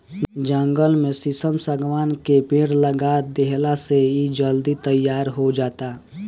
जंगल में शीशम, शागवान के पेड़ लगा देहला से इ जल्दी तईयार हो जाता